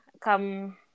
come